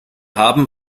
haben